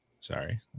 sorry